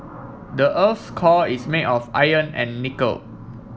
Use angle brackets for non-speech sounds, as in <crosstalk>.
the earth core is made of iron and nickel <noise>